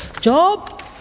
job